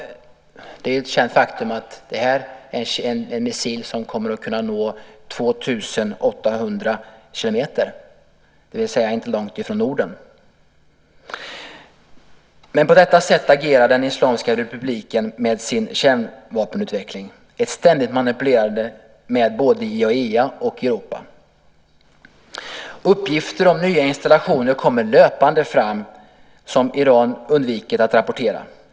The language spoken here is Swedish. Det är ett känt faktum att det här är en missil som kommer att kunna nå 2 800 kilometer bort - det vill säga inte långt från Norden. På detta sätt agerar den islamska republiken med sin kärnvapenutveckling - ett ständigt manipulerande med både IAEA och Europa. Löpande kommer uppgifter om nya installationer fram som Iran undviker att rapportera.